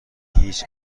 هیچ